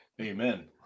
Amen